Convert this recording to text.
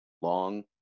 long